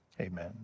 amen